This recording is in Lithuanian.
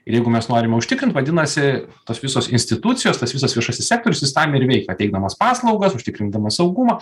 jeigu mes norime užtikrint vadinasi tos visos institucijos tas visas viešasis sektorius jis tam ir veika teikdamas paslaugas užtikrindamas saugumą